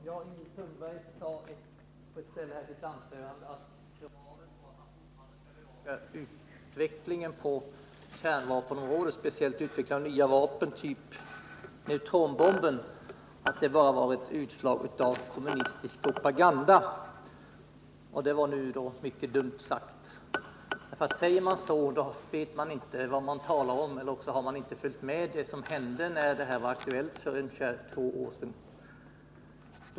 Fru talman! Ingrid Sundberg sade i sitt anförande att kravet på att man fortfarande skall bevaka utvecklingen på kärnvapenområdet, särskilt utvecklingen av nya vapen typ neutronbomben, bara var ett utslag av kommunistisk propaganda. Det var mycket dumt sagt. Säger man så vet man inte vad man talar om, eller också har man inte tagit del av vad som hände då det här var aktuellt för ungefär två år sedan.